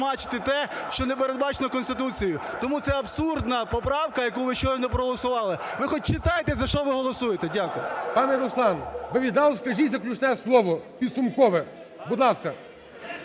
те, що не передбачено Конституцією. Тому це абсурдна поправка, яку ви щойно проголосували. Ви хоч читайте за що ви голосуєте. Дякую. ГОЛОВУЮЧИЙ. Пане Руслан, ви відразу скажіть заключне слово, підсумкове, будь ласка.